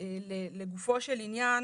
לגופו של עניין,